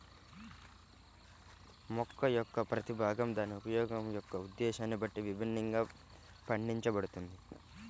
మొక్క యొక్క ప్రతి భాగం దాని ఉపయోగం యొక్క ఉద్దేశ్యాన్ని బట్టి విభిన్నంగా పండించబడుతుంది